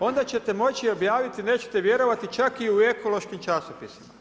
onda ćete moći objaviti, nećete vjerovati, čak i u ekološkim časopisima.